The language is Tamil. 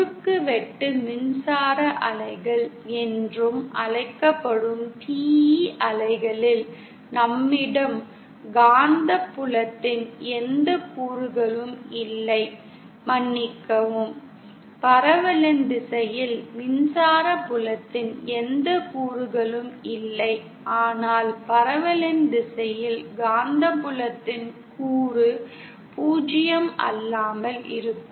குறுக்குவெட்டு மின்சார அலைகள் என்றும் அழைக்கப்படும் TE அலைகளில் நம்மிடம் காந்தப்புலத்தின் எந்த கூறுகளும் இல்லை மன்னிக்கவும் பரவலின் திசையில் மின்சார புலத்தின் எந்த கூறுகளும் இல்லை ஆனால் பரவலின் திசையில் காந்தப்புலத்தின் கூறு பூஜ்ஜியம் அல்லாமல் இருக்கும்